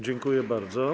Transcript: Dziękuję bardzo.